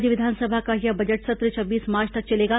राज्य विधानसभा का यह बजट सत्र छब्बीस मार्च तक चलेगा